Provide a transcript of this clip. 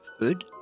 food